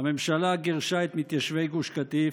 הממשלה גירשה את מתיישבי גוש קטיף.